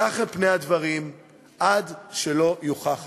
כך הם פני הדברים עד שלא יוכח אחרת.